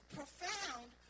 profound